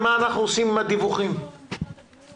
הכוונה לבקשות לשיפוי, כי כרגע זה לא כתוב בנוסח.